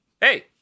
hey